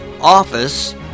office